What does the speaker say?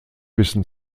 wissen